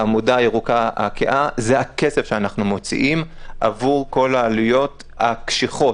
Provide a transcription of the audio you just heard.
העמודה הירוקה הכהה זה הכסף שאנחנו מוציאים עבור כל העלויות הקשיחות.